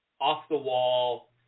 off-the-wall